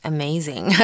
Amazing